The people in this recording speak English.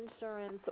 insurance